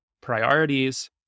priorities